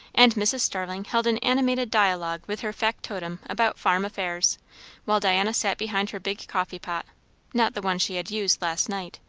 and mrs. starling held an animated dialogue with her factotum about farm affairs while diana sat behind her big coffee-pot not the one she had used last night,